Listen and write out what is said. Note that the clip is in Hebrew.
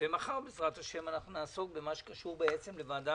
ומחר בעזרת השם אנחנו נעסוק במה שקשור לוועדת